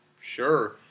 sure